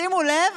שימו לב,